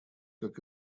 как